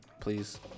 please